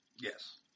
Yes